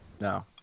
No